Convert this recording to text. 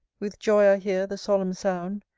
with joy i hear the solemn sound,